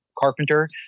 carpenter